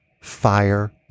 fire